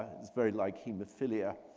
very like hemophilia